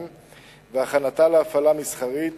אנחנו מזדרזים,